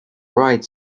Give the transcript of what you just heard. ride